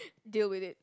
deal with it